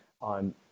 on